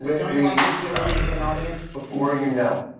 but don't you like to see your movies with an audience before you no.